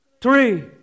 three